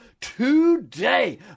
today